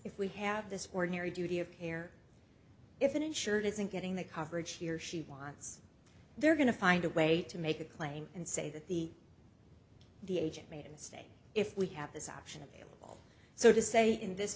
if we have this were near a duty of care if an insured isn't getting the coverage here she wants they're going to find a way to make a claim and say that the the agent made and stay if we have this option available so to say in this